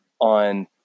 on